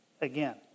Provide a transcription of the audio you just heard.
again